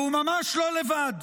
והוא ממש לא לבד.